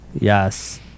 Yes